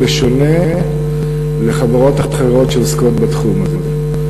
בשונה מחברות אחרות שעוסקות בתחום הזה.